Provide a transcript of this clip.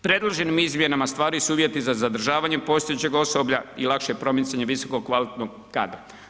Predloženim izmjenama stvaraju se uvjeti za zadržavanjem postojećeg osoblja i lakše promicanje visoko kvalitetnog kadra.